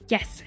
Yes